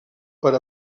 per